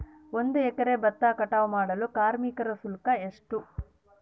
ಒಂದು ಎಕರೆ ಭತ್ತ ಕಟಾವ್ ಮಾಡಲು ಕಾರ್ಮಿಕ ಶುಲ್ಕ ಎಷ್ಟು?